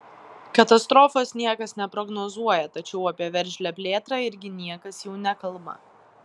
katastrofos niekas neprognozuoja tačiau apie veržlią plėtrą irgi niekas jau nekalba